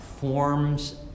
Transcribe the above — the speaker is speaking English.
forms